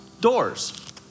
doors